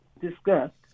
discussed